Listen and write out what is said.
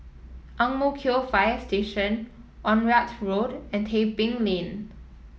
Ang Mo Kio Fire Station Onraet Road and Tebing Lane